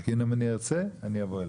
אם אני ארצה אני אבוא אליך.